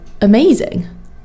amazing